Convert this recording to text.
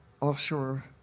offshore